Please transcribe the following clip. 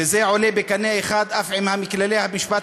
וזה עולה בקנה אחד אף עם כללי המשפט